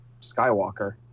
Skywalker